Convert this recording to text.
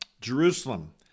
Jerusalem